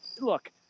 look